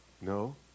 No